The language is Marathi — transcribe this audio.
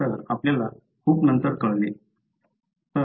तर आपल्याला खूप नंतर कळले